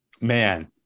man